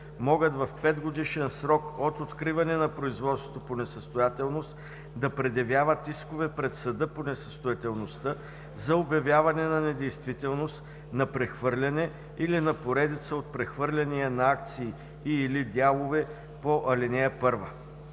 могат в 5 годишен срок от откриване на производството по несъстоятелност да предявяват искове пред съда по несъстоятелността за обявяване на недействителност на прехвърляне или на поредица от прехвърляния на акции и/или дялове по ал. 1.“